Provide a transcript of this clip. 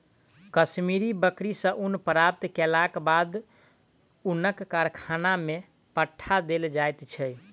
कश्मीरी बकरी सॅ ऊन प्राप्त केलाक बाद ऊनक कारखाना में पठा देल जाइत छै